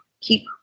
keep